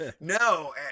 no